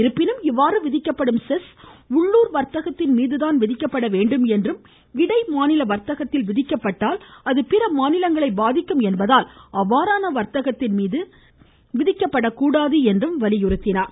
இருப்பினும் இவ்வாறு விதிக்கப்படும் செஸ் உள்ளுர் வா்த்தகத்தின்மீதுதான் விதிக்கப்பட வேண்டும் என்றும் இடைமாநில வா்த்தகத்தில் விதிக்கப்பட்டால் அது பிறமாநிலங்களை பாதிக்கும் என்பதால் அவ்வாறான வர்த்தகத்தின்மீது விதிக்கப்படக் கூடாது என்று வலியுறுத்தினார்